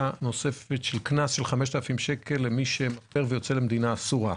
של 5,000 קנס למי שמפר ויוצא למדינה אסורה.